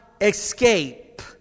escape